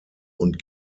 und